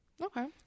Okay